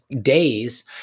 days